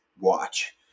watch